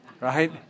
right